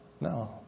No